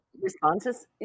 responses